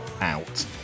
Out